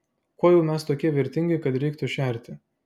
kuo jau mes tokie vertingi kad reiktų šerti